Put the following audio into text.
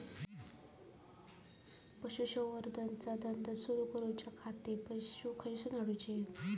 पशुसंवर्धन चा धंदा सुरू करूच्या खाती पशू खईसून हाडूचे?